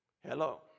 Hello